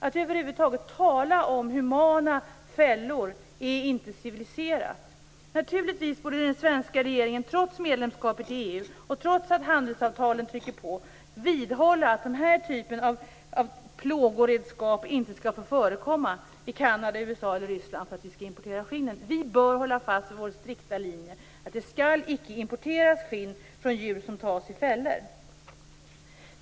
Att över huvud taget tala om humana fällor är inte civiliserat. Naturligtvis borde den svenska regeringen, trots medlemskapet i EU och trots handelsavtalen, vidhålla att den här typen av plågoredskap inte skall få förekomma i Kanada, USA eller Ryssland för att vi skall importera skinn. Vi bör hålla fast vid vår strikta linje, att det icke skall importeras skinn från djur som fångas i fällor.